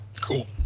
Cool